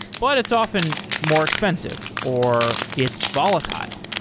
but it's often more expensive or it's volatile.